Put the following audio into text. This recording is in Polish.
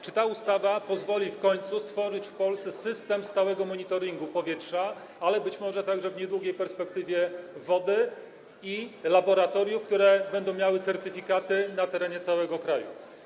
Czy ta ustawa pozwoli w końcu stworzyć w Polsce system stałego monitoringu powietrza, ale być może także w niedługiej perspektywie - wody, i laboratoriów, które będą miały certyfikaty na terenie całego kraju?